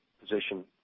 position